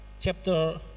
chapter